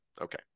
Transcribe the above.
Okay